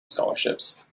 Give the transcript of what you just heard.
scholarships